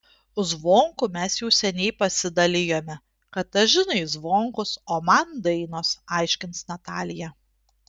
zvonkų mes jau seniai pasidalijome katažinai zvonkus o man dainos aiškins natalija